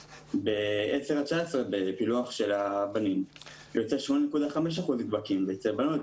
ב-10 עד 19 בפילוח של הבנים יוצא 8.5% נדבקים אצל בנים,